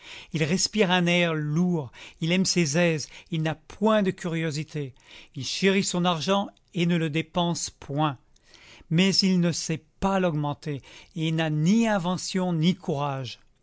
il respire un air lourd il aime ses aises il n'a point de curiosité il chérit son argent et ne le dépense point mais il ne sait pas l'augmenter et n'a ni invention ni courage